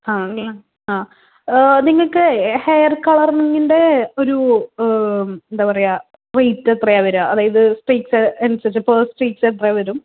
ആ നി ആ നിങ്ങൾക്ക് ഹെയർ കളറിംഗിൻ്റെ ഒരു എന്താ പറയുക റേറ്റ് എത്രയാണ് വരിക അതായത് സ്ട്രീക്ക് അനുസരിച്ച് പേർ സ്ട്രീക്ക് എത്ര വരും